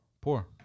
Poor